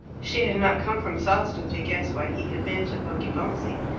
she had not come from sawston to guess why he had been to poggibonsi.